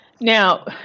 Now